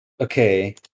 Okay